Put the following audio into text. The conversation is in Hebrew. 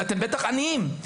אתם בטח עניים.